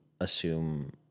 assume